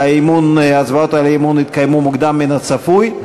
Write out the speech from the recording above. הצבעות האי-אמון התקיימו מוקדם מהצפוי.